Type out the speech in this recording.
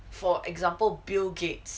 for example bill gates